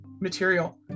material